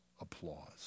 applause